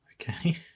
Okay